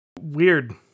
Weird